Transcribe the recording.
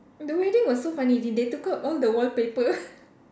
the wedding was so funny d~ they took out all the wallpaper